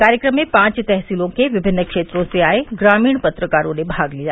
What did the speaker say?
कार्यक्रम में पांच तहसीलो के विभिन्न क्षेत्रों से आये ग्रामीण पत्रकारों ने भाग लिया